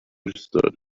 understood